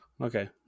Okay